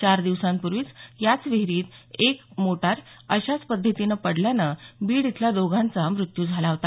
चार दिवसांपूर्वीच याच विहिरीत एक मोटार अशाच पध्दतीनं पडल्यानं बीड इथल्या दोघांचा मृत्यू झाला होता